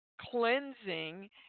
cleansing